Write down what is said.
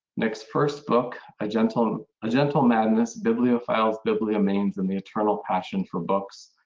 nick's first book, a gentle gentle madness, bibliophile, bibbiblio names, and the eternal passion for books,